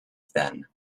then